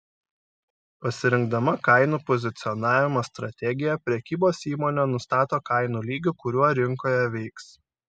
pasirinkdama kainų pozicionavimo strategiją prekybos įmonė nustato kainų lygį kuriuo rinkoje veiks